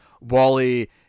Wally